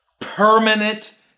permanent